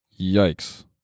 Yikes